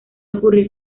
ocurrir